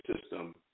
system